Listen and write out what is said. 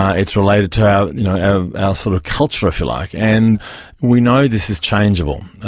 ah it's related to our you know ah sort of culture, if you like. and we know this is changeable.